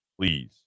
please